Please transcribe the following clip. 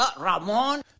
Ramon